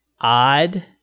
odd